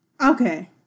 Okay